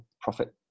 profit